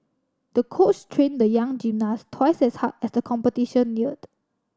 the coach train the young gymnast twice as hard as the competition neared